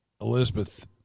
Elizabeth